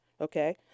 Okay